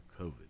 COVID